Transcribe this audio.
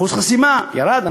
אחוז חסימה, ירד.